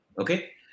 okay